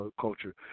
culture